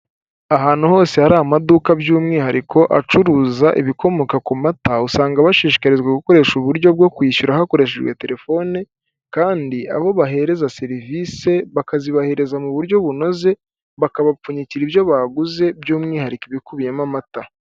Ahantu hose hari amaduka by'umwihariko acuruza ibikomoka ku mata, usanga bashishikarizwa gukoresha uburyo bwo kwishyura hakoreshejwe telefone, kandi abo bahereza serivisi bakazibahereza mu buryo bunoze, bakabapfunyikira ibyo baguze, by'umwihariko ibikubiyemo amata.